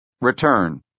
Return